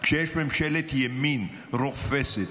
כשיש ממשלת ימין רופסת,